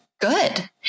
good